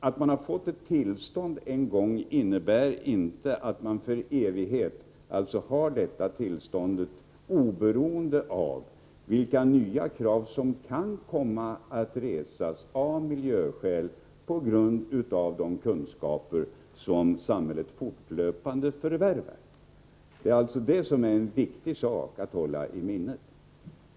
Att man en gång fått ett tillstånd innebär inte att man för tid och evighet kommer att ha detsamma, oberoende av vilka nya krav som av miljöskäl kan komma att resas, på grundval av de kunskaper som samhället fortlöpande förvärvar. Det är viktigt att hålla den saken i minnet.